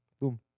Boom